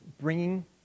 bringing